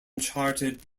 charted